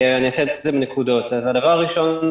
ראשית,